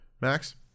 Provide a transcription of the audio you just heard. max